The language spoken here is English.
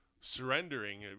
surrendering